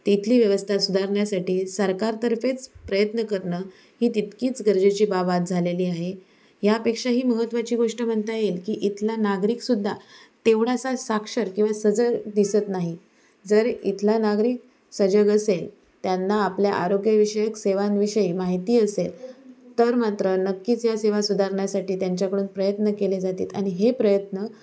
तिथली व्यवस्था सुधारण्यासाठी सरकारतर्फेच प्रयत्न करणं ही तितकीच गरजेची बाब आज झालेली आहे यापेक्षाही महत्त्वाची गोष्ट म्हणता येईल की इथला नागरिकसुद्धा तेवढासा साक्षर किंवा सजग दिसत नाही जर इथला नागरिक सजग असेल त्यांना आपल्या आरोग्यविषयक सेवांविषयी माहिती असेल तर मात्र नक्कीच या सेवा सुधारण्यासाठी त्यांच्याकडून प्रयत्न केले जातील आणि हे प्रयत्न